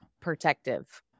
protective